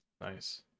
Nice